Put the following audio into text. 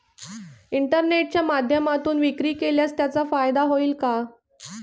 इंटरनेटच्या माध्यमातून विक्री केल्यास त्याचा फायदा होईल का?